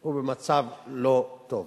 הוא במצב לא טוב,